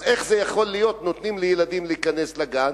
אז זה יכול להיות, נותנים לילדים להיכנס לגן?